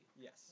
Yes